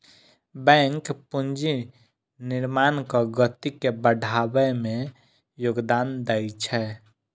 bank पूंजी निर्माणक गति के बढ़बै मे योगदान दै छै